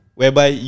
whereby